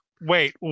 Wait